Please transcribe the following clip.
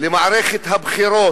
למערכת הבחירות?